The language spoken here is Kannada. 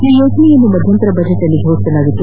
ಈ ಯೋಜನೆಯನ್ನು ಮಧ್ಯಂತರ ಬಜೆಟ್ನಲ್ಲಿ ಘೋಷಿಸಲಾಗಿತ್ತು